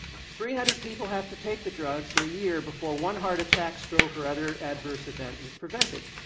three hundred people have to take the drug for a year before one heart attack, stroke or other adverse event is prevented.